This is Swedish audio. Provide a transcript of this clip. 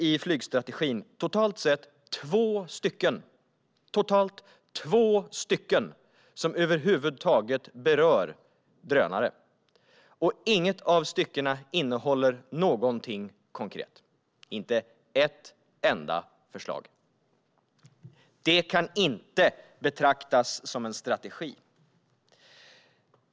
I flygstrategin finns totalt två stycken som berör drönare över huvud taget. Inget av styckena innehåller något konkret - inte ett enda förslag. Detta kan inte betraktas som en strategi.